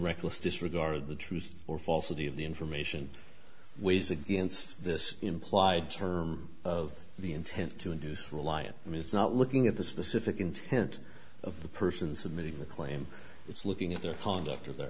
reckless disregard of the truth or falsity of the information which is against this implied term of the intent to induce reliance i mean it's not looking at the specific intent of the person submitting the claim it's looking at their conduct or their